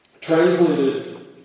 Translated